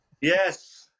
Yes